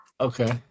okay